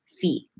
feet